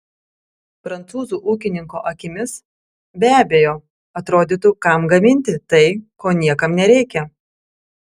prancūzų ūkininko akimis be abejo atrodytų kam gaminti tai ko niekam nereikia